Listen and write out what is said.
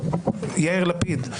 יאיר לפיד,